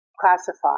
classified